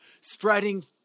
spreading